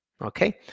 okay